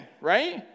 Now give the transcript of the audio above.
right